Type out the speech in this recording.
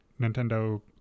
Nintendo